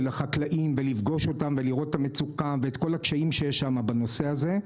החקלאים ולפגוש אותם ולראות את המצוקה ואת כל הקשיים שיש שם בנושא הזה,